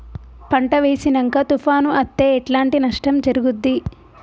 పంట వేసినంక తుఫాను అత్తే ఎట్లాంటి నష్టం జరుగుద్ది?